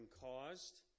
caused